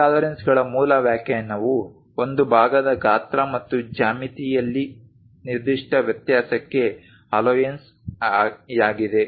ಟಾಲರೆನ್ಸ್ಗಳ ಮೂಲ ವ್ಯಾಖ್ಯಾನವು ಒಂದು ಭಾಗದ ಗಾತ್ರ ಮತ್ತು ಜ್ಯಾಮಿತಿಯಲ್ಲಿ ನಿರ್ದಿಷ್ಟ ವ್ಯತ್ಯಾಸಕ್ಕೆಅಲೋಎನ್ಸ್ ಯಾಗಿದೆ